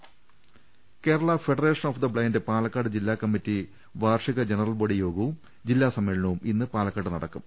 രുട്ട്ട്ട്ട്ട്ട്ട്ട Kerala federation of the blind Palakkad ജില്ലാ കമ്മിറ്റി വാർഷിക ജനറൽബോഡി യോഗവും ജില്ലാ സമ്മേളനവും ഇന്ന് പാലക്കാട്ട് നടക്കും